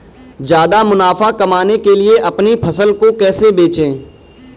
ज्यादा मुनाफा कमाने के लिए अपनी फसल को कैसे बेचें?